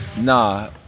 Nah